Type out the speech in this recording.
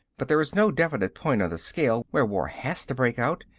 but there is no definite point on the scale where war has to break out.